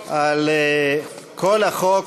להצבעה על כל החוק.